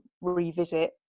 revisit